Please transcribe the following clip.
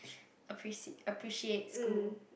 apprece~ appreciate school